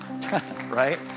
Right